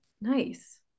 Nice